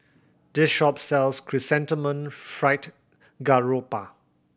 this shop sells Chrysanthemum Fried Garoupa